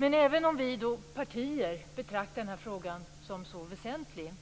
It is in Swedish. Men även om våra partier betraktar den här frågan som så väsentlig